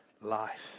life